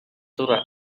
surat